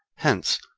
hence,